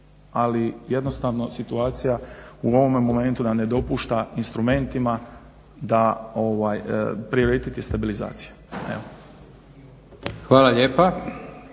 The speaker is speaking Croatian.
ali jednostavno situacija u ovome momentu nam ne dopušta instrumentima … stabilizaciji. Evo. **Leko,